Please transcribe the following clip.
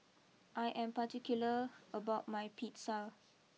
I am particular about my Pizza